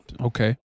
Okay